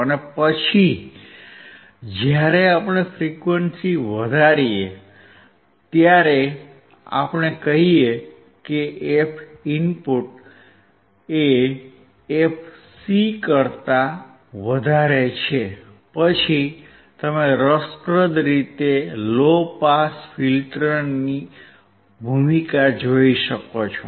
અને પછી જ્યારે આપણે ફ્રીક્વન્સી વધારીએ ત્યારે આપણે કહીએ કે fin fc કરતા વધારે છે પછી તમે રસપ્રદ રીતે લો પાસ ફિલ્ટરની ભૂમિકા જોઇ શકશો